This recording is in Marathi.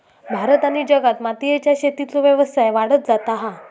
भारत आणि जगात मोतीयेच्या शेतीचो व्यवसाय वाढत जाता हा